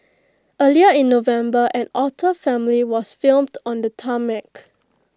earlier in November an otter family was filmed on the tarmac